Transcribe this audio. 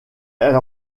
elle